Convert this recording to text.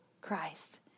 Christ